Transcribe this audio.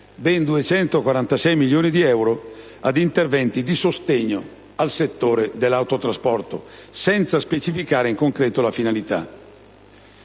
ben 246 milioni di euro ad interventi di sostegno del settore dell'autotrasporto, senza specificare in concreto la finalità.